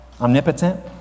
omnipotent